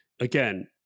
Again